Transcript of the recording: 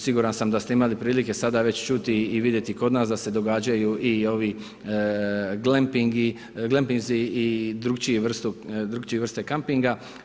Siguran sam da ste imali prilike sada već čuti i vidjeti kod nas da se događaju i ovi glampinzi i drukčije vrste kampinga.